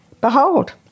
behold